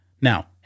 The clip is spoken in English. Now